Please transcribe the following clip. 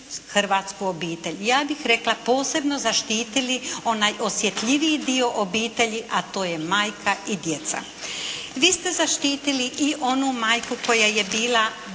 hrvatsku obitelj. Ja bih rekla posebno zaštitili onaj osjetljiviji dio obitelji a to je majka i djeca. Vi ste zaštitili i onu majku koja je bila